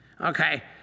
Okay